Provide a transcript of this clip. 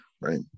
Right